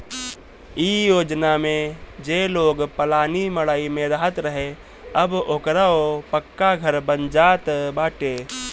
इ योजना में जे लोग पलानी मड़इ में रहत रहे अब ओकरो पक्का घर बन जात बाटे